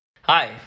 Hi